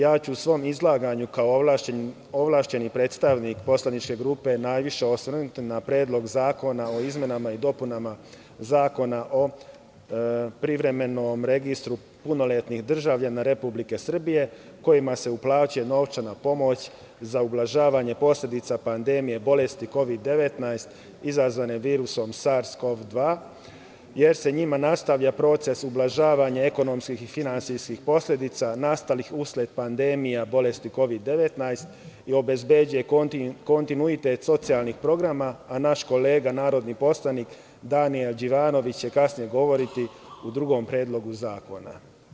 Ja ću se u svom izlaganju kao ovlašćeni predstavnik poslaničke grupe najviše osvrnuti na Predlog zakona o izmenama i dopunama Zakona o privremenom registru punoletnih državljana Republike Srbije kojima se uplaćuje novčana pomoć za ublažavanje posledica pandemije bolesti Kovid 19 izazvane virusom SARS-CoV-2, jer se njima nastavlja proces ublažavanja ekonomskih i finansijskih posledica nastalih usled pandemije bolesti Kovid 19 i obezbeđuje kontinuitet socijalnih programa, a naš kolega narodni poslanik Daniel Đivanović će kasnije govoriti o drugom predlogu zakona.